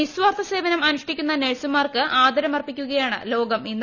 നിസ്വാർത്ഥ സേവനം അനുഷ്ഠിക്കുന്ന നെഴ്സുമാർക്ക് ആദരം അർപ്പിക്കുകയാണ് ലോകം ഇന്ന്